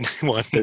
one